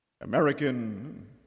American